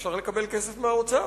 אפשר לקבל כסף מהאוצר,